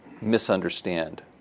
misunderstand